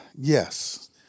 Yes